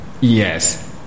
yes